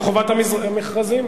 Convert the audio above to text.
אותי?